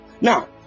Now